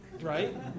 right